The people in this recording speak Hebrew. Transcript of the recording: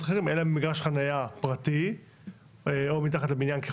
אחרים אלא במגרש חניה פרטי או מתחת לבניין.